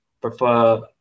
prefer